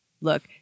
Look